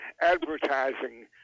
advertising